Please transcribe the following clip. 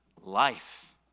life